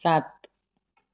સાત